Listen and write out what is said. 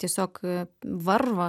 tiesiog varva